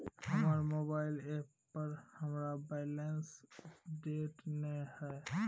हमर mobile app पर हमरा बैलेंस अपडेट नय हय